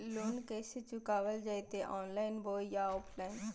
Loan कैसे चुकाबल जयते ऑनलाइन बोया ऑफलाइन?